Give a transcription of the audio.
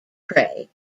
prey